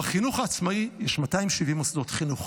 בחינוך העצמאי יש 270 מוסדות חינוך,